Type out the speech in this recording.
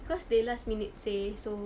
because they last minute say so